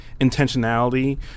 intentionality